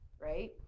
right